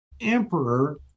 Emperor